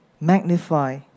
magnify